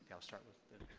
so i'll start with.